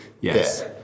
Yes